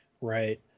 Right